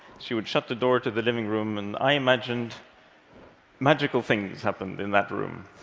she would shut the door to the living room, and i imagined magical things happened in that room.